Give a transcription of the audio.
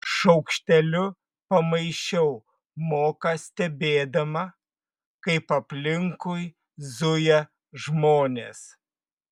šaukšteliu pamaišiau moką stebėdama kaip aplinkui zuja žmonės